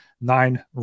nine